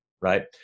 right